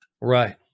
Right